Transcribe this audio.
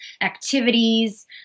activities